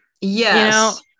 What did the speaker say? Yes